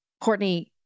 Courtney